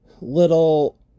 little